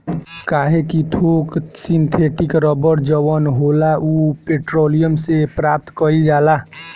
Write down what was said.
काहे कि थोक सिंथेटिक रबड़ जवन होला उ पेट्रोलियम से प्राप्त कईल जाला